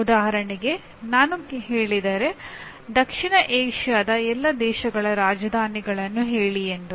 ಉದಾಹರಣೆಗೆ ನಾನು ಹೇಳಿದರೆ ದಕ್ಷಿಣ ಏಷ್ಯಾದ ಎಲ್ಲಾ ದೇಶಗಳ ರಾಜಧಾನಿಗಳನ್ನು ಹೇಳಿ ಎಂದು